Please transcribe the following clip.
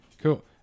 Cool